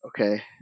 okay